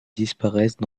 disparaissent